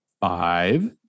Five